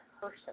person